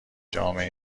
جامعه